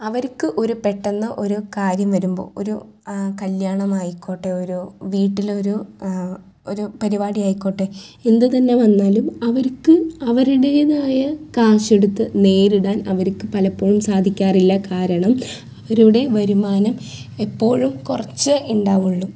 അവർക്ക് ഒരു പെട്ടന്ന് ഒരു കാര്യം വരുമ്പോൾ ഒരു കല്യാണമായിക്കോട്ടെ ഒരു വീട്ടിൽ ഒരു ഒരു പരിപാടി ആയിക്കോട്ടെ എന്ത് തന്നെ വന്നാലും അവർക്ക് അവരുടേതായ കാശെടുത്ത് നേരിടാൻ അവർക്ക് പലപ്പോഴും സാധിക്കാറില്ല കാരണം അവരുടെ വരുമാനം എപ്പോഴും കുറച്ചേ ഉണ്ടാവുകയുള്ളു